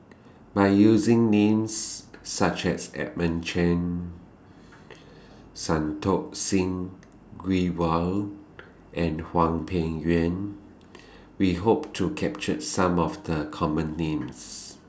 By using Names such as Edmund Cheng Santokh Singh Grewal and Hwang Peng Yuan We Hope to capture Some of The Common Names